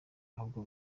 ahubwo